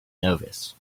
nervous